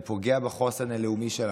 זה פוגע בחוסן הלאומי שלנו.